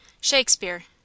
Shakespeare